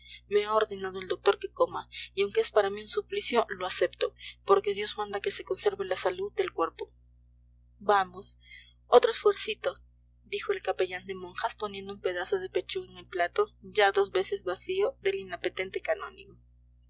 me ha ordenado el doctor que coma y aunque es para mí un suplicio lo acepto porque dios manda que se conserve la salud del cuerpo vamos otro esfuercito dijo el capellán de monjas poniendo un pedazo de pechuga en el plato ya dos veces vacío del inapetente canónigo